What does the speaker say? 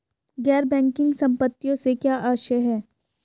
गैर बैंकिंग संपत्तियों से क्या आशय है?